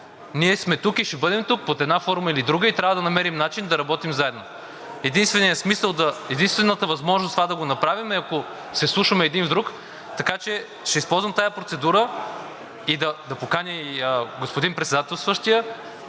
ние сме тук, ще бъдем тук под една форма или друга и трябва да намерим начин да работим заедно. Единствената възможност това да го направим е, ако се вслушваме един в друг, така че ще използвам тази процедура да поканя и господин Председателстващият